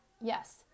Yes